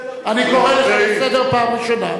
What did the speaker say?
אני קורא לסדר פעם ראשונה.